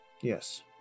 Yes